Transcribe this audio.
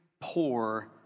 poor